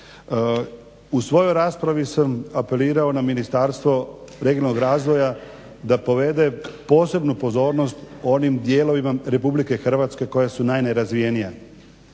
u svojoj raspravi sam apelirao na Ministarstvo regionalnog razvoja da povede posebnu pozornost onim dijelovima RH koja su najnerazvijenija.